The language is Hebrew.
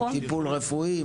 טיפול רפואי,